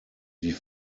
die